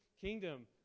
kingdom